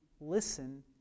listen